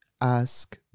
ask